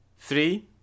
Three